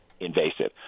invasive